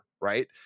right